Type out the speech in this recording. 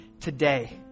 today